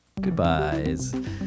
goodbyes